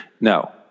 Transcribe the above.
No